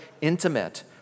intimate